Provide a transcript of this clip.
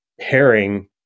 herring